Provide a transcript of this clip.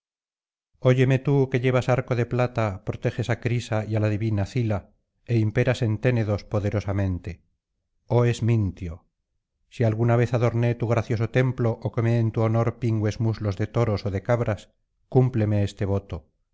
óyeme tú que llevas arco de plata proteges á crisa y á la divina cila é imperas en ténedos poderosamente oh esmintio si alguna vez adorné tu gracioso templo ó quemé en tu honor pingües muslos de toros ó de cabras cúmpleme este voto